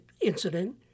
incident